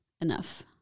enough